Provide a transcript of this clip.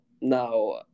Now